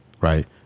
right